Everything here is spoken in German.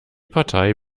partei